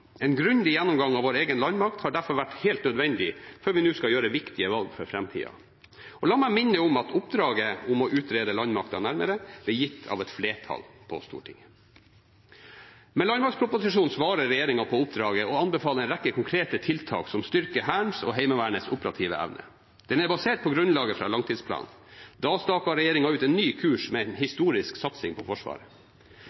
En grundig gjennomgang av vår egen landmakt har derfor vært helt nødvendig før vi nå skal ta viktige valg for framtida. La meg minne om at oppdraget om å utrede landmakten nærmere ble gitt av et flertall på Stortinget. Med landmaktproposisjonen svarer regjeringen på oppdraget og anbefaler en rekke konkrete tiltak som styrker Hærens og Heimevernets operative evne. Den er basert på grunnlaget fra langtidsplanen. Da staket regjeringen ut en ny kurs med en